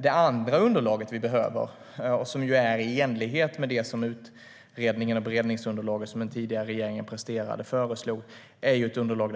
Det andra underlaget som vi behöver, och som är i enlighet med det beredningsunderlag som den tidigare regeringen presterade och som utredningen föreslog, är ett underlag